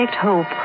Hope